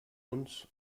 uns